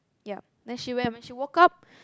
ya then she when and when she woke up